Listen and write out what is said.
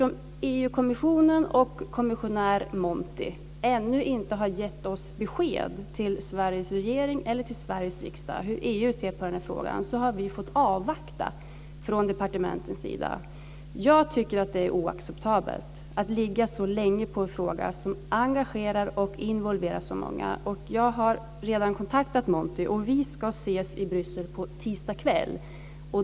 Monti ännu inte har gett besked till Sveriges regering eller till Sveriges riksdag hur EU ser på den här frågan har vi fått avvakta från departementens sida. Jag tycker att det är oacceptabelt att ligga så länge på en fråga som engagerar och involverar så många. Jag har redan kontaktat Monti. Vi ska ses i Bryssel på tisdag kväll.